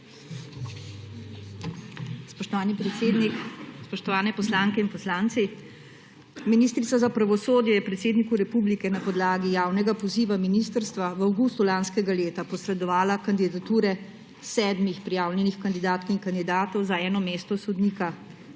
Spoštovani predsednik, spoštovane poslanke in poslanci! Ministrica za pravosodje je predsedniku Republike na podlagi javnega poziva ministrstva v avgustu lanskega leta posredovala kandidature sedmih prijavljenih kandidatk in kandidatov za eno mesto sodnika